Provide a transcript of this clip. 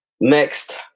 Next